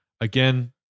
Again